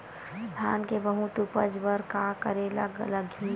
धान के बहुत उपज बर का करेला लगही?